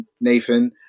Nathan